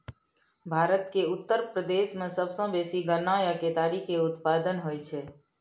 भारत के उत्तर प्रदेश मे सबसं बेसी गन्ना या केतारी के उत्पादन होइ छै